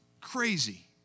crazy